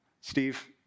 Steve